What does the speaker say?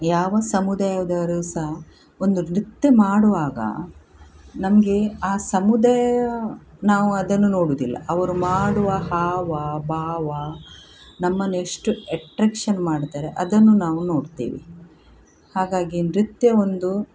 ಯಾವ ಸಮುದಾಯದವರೂ ಸಹ ಒಂದು ನೃತ್ಯ ಮಾಡುವಾಗ ನಮಗೆ ಆ ಸಮುದಾಯ ನಾವು ಅದನ್ನು ನೋಡುವುದಿಲ್ಲ ಅವರು ಮಾಡುವ ಹಾವ ಭಾವ ನಮ್ಮನ್ನೆಷ್ಟು ಎಟ್ರೆಕ್ಷನ್ ಮಾಡ್ತಾರೆ ಅದನ್ನು ನಾವು ನೋಡ್ತೀವಿ ಹಾಗಾಗಿ ನೃತ್ಯ ಒಂದು